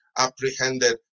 apprehended